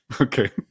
Okay